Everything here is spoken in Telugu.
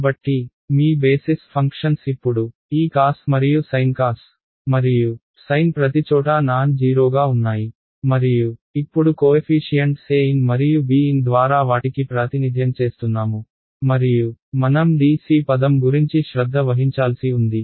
కాబట్టి మీ బేసిస్ ఫంక్షన్స్ ఇప్పుడు ఈ cos మరియు sin cos మరియు sin ప్రతిచోటా నాన్ జీరోగా ఉన్నాయి మరియు ఇప్పుడు కోఎఫీషియంట్స్ an మరియు bn ద్వారా వాటికి ప్రాతినిధ్యంచేస్తున్నాము మరియు మనం dc పదం గురించి శ్రద్ధ వహించాల్సి ఉంది